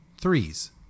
Threes